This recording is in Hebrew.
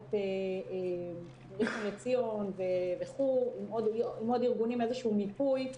הקליניקות בראשון לציון ועם עוד ארגונים איזשהו מיפוי,